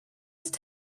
that